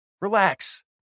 Relax